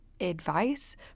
advice